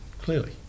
clearly